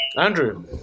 andrew